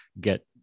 get